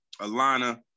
Alana